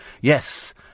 Yes